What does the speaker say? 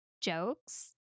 jokes